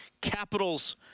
Capitals